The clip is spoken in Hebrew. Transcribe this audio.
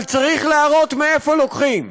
אבל צריך להראות מאיפה לוקחים.